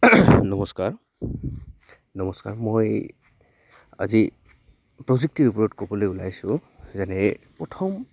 নমস্কাৰ নমস্কাৰ মই আজি প্ৰযুক্তিৰ ওপৰত ক'বলৈ ওলাইছোঁ যেনে প্ৰথম